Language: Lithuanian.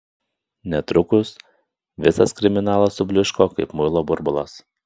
netrukus visas kriminalas subliūško kaip muilo burbulas